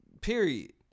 period